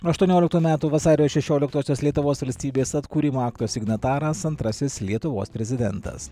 aštuonioliktų metų vasario šešioliktosios lietuvos valstybės atkūrimo akto signataras antrasis lietuvos prezidentas